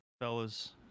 Fellas